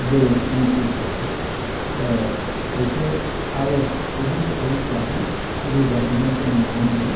बर' मानसि हिसाबै खायसे आरजखौ मेथाइ हिसाबै रोजाबनाय जोङो नुनो मोनो